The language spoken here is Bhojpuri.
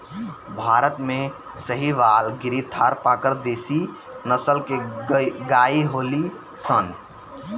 भारत में साहीवाल, गिर, थारपारकर देशी नसल के गाई होलि सन